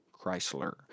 Chrysler